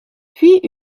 puis